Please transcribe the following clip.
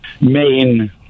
main